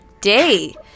day